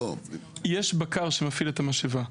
יש בקר שמפעיל את המשאבה.